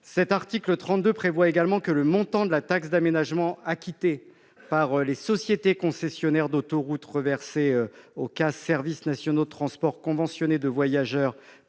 ! L'article 32 prévoit également que le montant de la taxe d'aménagement acquittée par les sociétés concessionnaires d'autoroutes reversé au CAS « Services nationaux de transport conventionnés de voyageurs